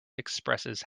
expresses